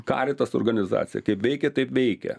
caritas organizacija kaip veikia taip veikia